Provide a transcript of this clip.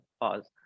pause